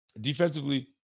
defensively